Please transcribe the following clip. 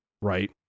right